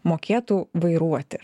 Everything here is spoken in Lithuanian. mokėtų vairuoti